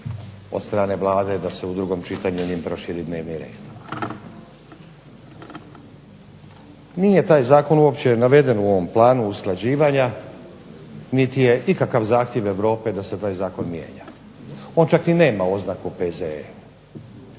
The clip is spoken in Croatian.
od strane Vlade da se u drugom čitanju njim proširi dnevni red. Nije taj zakon uopće naveden u ovom planu usklađivanja niti je ikakav zahtjev Europe da se taj zakon mijenja. On čak ni nema oznaku P.Z.E.,